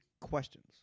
questions